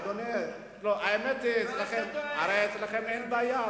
מה אתה דואג, האמת היא, הרי אצלכם אין בעיה.